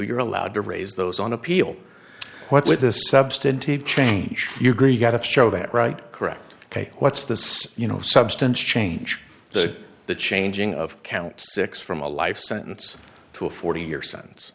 you're allowed to raise those on appeal what with the substantive change you agree got to show that right correct ok what's the you know substance change to the changing of count six from a life sentence to a forty year s